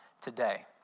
today